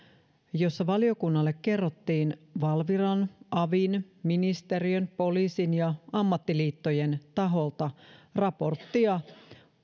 jossa valiokunnalle kerrottiin valviran avin ministeriön poliisin ja ammattiliittojen taholta raporttia